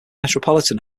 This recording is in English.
metropolitan